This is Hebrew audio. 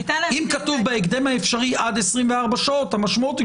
כתוב בהקדם האפשרי עד 24 שעות המשמעות היא